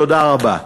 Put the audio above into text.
תודה רבה.